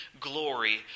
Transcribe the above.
glory